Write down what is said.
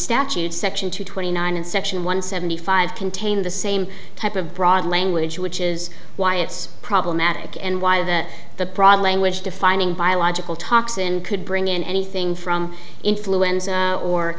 statutes section two twenty nine and section one seventy five contain the same type of broad language which is why it's problematic and why the the broad language defining biological toxin could bring in anything from influenza or